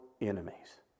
enemies